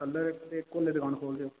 कल्ला तकर कोल्लै दकान खोलदे ओ